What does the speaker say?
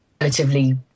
relatively